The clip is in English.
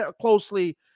closely